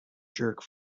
jerk